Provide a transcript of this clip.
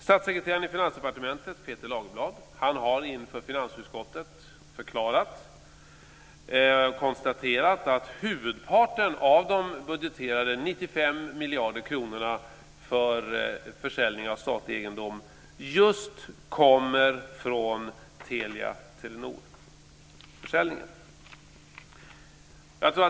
Statssekreteraren i Finansdepartementet Peter Lagerblad har inför finansutskottet förklarat och konstaterat att huvudparten av de budgeterade 95 miljarder kronorna för försäljning av statlig egendom just kommer från Telia-Telenorförsäljningen.